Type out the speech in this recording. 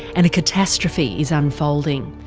and a catastrophe is unfolding.